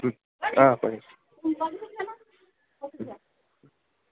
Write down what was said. ওম অ কৰি আছোঁ